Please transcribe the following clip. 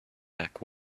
back